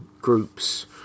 groups